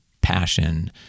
passion